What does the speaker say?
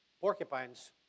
Porcupines